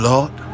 Lord